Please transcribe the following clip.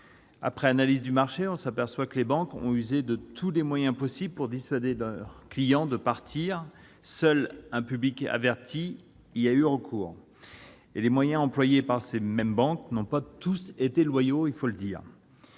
Après analyse du marché, on s'aperçoit que les banques ont usé de tous les moyens possibles pour dissuader leurs clients de partir. Seul un public averti y a eu recours. Les moyens employés par ces mêmes banques n'ont d'ailleurs pas tous été loyaux ... Nous ne